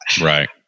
Right